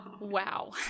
Wow